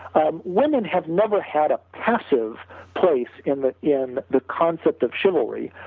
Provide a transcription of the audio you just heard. um women have never had a passive place in the in the concept of chivalry,